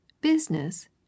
business